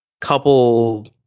couple